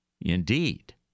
Indeed